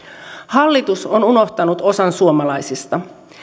hallitus on unohtanut osan suomalaisista